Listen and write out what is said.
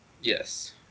Yes